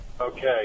Okay